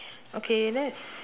okay let's